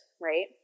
right